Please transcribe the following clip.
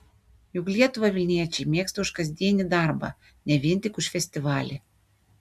juk lietuvą vilniečiai mėgsta už kasdienį darbą ne vien tik už festivalį